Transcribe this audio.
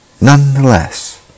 nonetheless